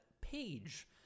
Page